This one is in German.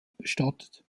bestattet